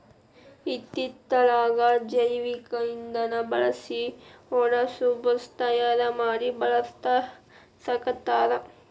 ಇತ್ತಿತ್ತಲಾಗ ಜೈವಿಕ ಇಂದನಾ ಬಳಸಿ ಓಡಸು ಬಸ್ ತಯಾರ ಮಡಿ ಬಳಸಾಕತ್ತಾರ